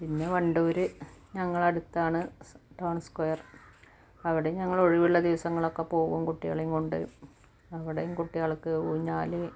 പിന്നെ വണ്ടൂര് ഞങ്ങളടുത്താണ് town square അവിടെയും ഞങ്ങൾ ഒഴിവുള്ള ദിവസങ്ങളൊക്കെ പോകും കുട്ടികളെയും കൊണ്ട് അവിടെയും കുട്ടികൾക്ക് ഊഞ്ഞാല്